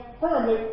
firmly